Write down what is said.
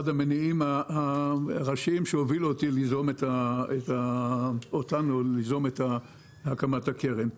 המניעים הראשיים שהובילו אותנו ליזום את הקמת הקרן.